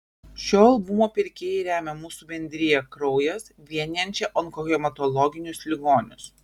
šio albumo pirkėjai remia mūsų bendriją kraujas vienijančią onkohematologinius ligonius